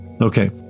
Okay